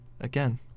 Again